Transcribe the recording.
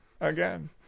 again